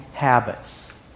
habits